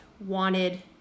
wanted